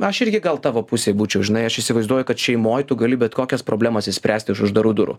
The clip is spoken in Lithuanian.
aš irgi gal tavo pusėj būčiau žinai aš įsivaizduoju kad šeimoj tu gali bet kokias problemas išspręsti už uždarų durų